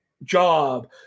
job